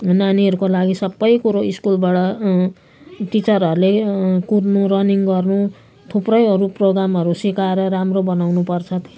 नानीहरूको लागि सबै कुरो स्कुलबाट टिचरहरूले कुद्नु रनिङ गर्नु थुप्रैहरू प्रोग्रामहरू सिकाएर राम्रो बनाउनुपर्छ